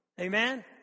Amen